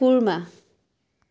খুৰমা